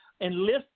enlist